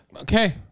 Okay